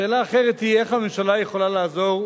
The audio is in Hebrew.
השאלה האחרת היא איך הממשלה יכולה לעזור,